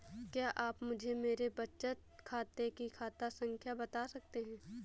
क्या आप मुझे मेरे बचत खाते की खाता संख्या बता सकते हैं?